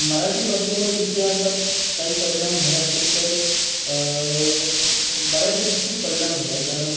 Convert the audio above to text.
मराठी भाषेवर इतिहासात काही परिणाम झाला असेल तर बऱ्यापैकी खूप परिणाम झाला आहे कारण